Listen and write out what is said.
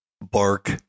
bark